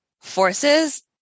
forces